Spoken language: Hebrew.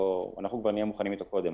אנחנו נהיה מוכנים איתו כבר קודם,